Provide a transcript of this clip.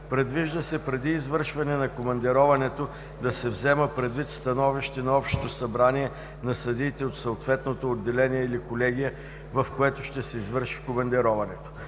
Предвижда се преди извършване на командироването да се взема предвид становище на общото събрание на съдиите от съответното отделение или колегия, в което ще се извърши командироването.